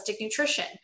nutrition